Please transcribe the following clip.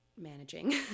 managing